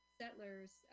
settlers